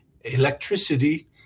electricity